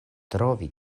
trovi